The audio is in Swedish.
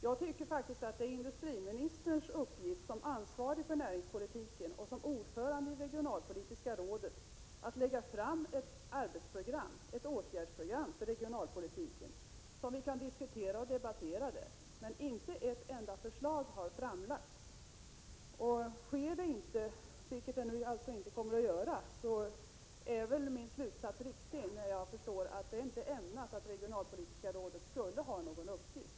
Jag tycker faktiskt att det är industriministerns uppgift som ansvarig för näringspolitiken och som ordförande i regionalpolitiska rådet att lägga fram ett åtgärdsprogram för regionalpolitiken, som vi kan diskutera och debattera, men inte ett enda förslag har framlagts. Sker inte detta — vilket det nu alltså inte kommer att göra — är väl min slutsats riktig att det inte var ämnat att regionalpolitiska rådet skulle ha någon uppgift.